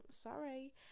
sorry